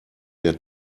der